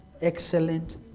excellent